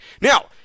Now